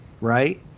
right